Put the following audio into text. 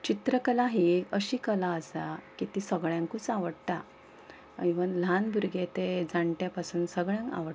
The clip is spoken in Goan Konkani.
चित्रकला ही एक अशी कला आसा की ती सगल्यांकूच आवडटा इवन ल्हान भुरगे ते जाणट्यां पासून सगल्यांक आवडटा